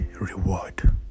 reward